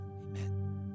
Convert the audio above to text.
Amen